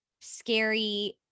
scary